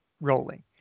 rolling